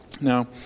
Now